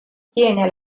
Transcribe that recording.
tiene